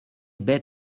bet